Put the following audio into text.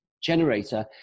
generator